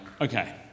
okay